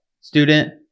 student